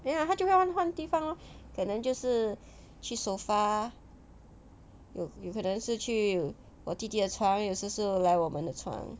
没有它就会换换地方 lor 可能就是去 sofa 有有可能是去我弟弟的床也是十是来我们的床